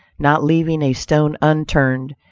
not leaving a stone unturned,